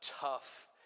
tough